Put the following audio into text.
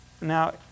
Now